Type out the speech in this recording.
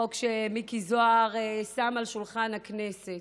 החוק שמיקי זוהר שם על שולחן הכנסת,